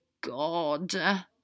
God